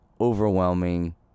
overwhelming